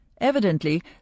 Evidently